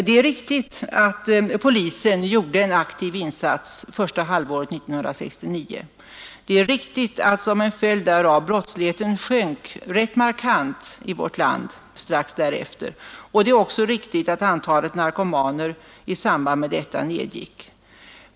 Det är riktigt att polisen gjorde en aktiv insats första halvåret 1969, det är riktigt att som en följd därav brottsligheten sjönk rätt markant i vårt land strax därefter och det är också riktigt att antalet narkomaner i samband därmed nedgick.